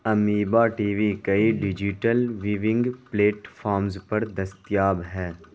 amoeba T V کئی digital viewing platforms پر دستیاب ہے